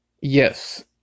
Yes